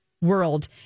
World